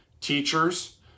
teachers